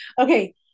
Okay